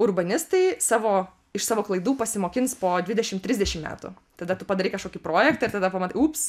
urbanistai savo iš savo klaidų pasimokins po dvidešim trisdešim metų tada tu padarei kažkokį projektą ir tada pamatai ups